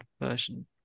version